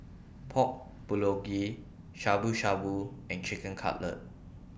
Pork Bulgogi Shabu Shabu and Chicken Cutlet